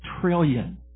trillion